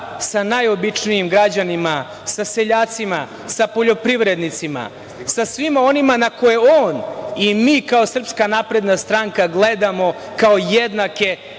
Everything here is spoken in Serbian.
sa najobičnijim građanima, sa seljacima, sa poljoprivrednicima, sa svima onima na koje on i mi kao SNS gledamo kao jednake